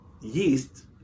yeast